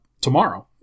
tomorrow